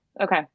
Okay